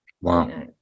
Wow